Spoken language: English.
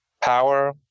power